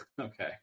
Okay